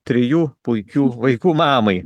trijų puikių vaikų mamai